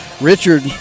richard